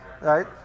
Right